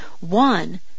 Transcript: One